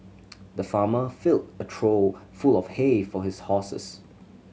the farmer filled a trough full of hay for his horses